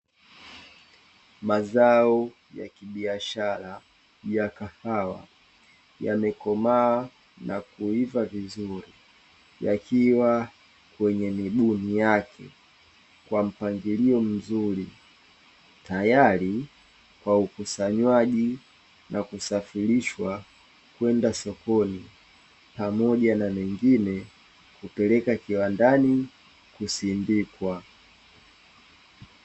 Mazao ya kibiashara ya kahawa yakiwa yamekomaa vizuri Yakiwa kwenye mibuni yake Kwa mpangilio mzuri Tayari Kwa ukusanyaji na kusafirishwa kwenda sokoni, Pamoja na mengine Kupeleka kiwandani kusindikwa.